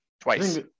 twice